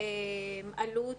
לתלמיד,